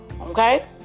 Okay